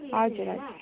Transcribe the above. हजुर हजुर